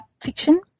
fiction